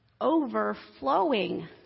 overflowing